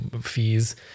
fees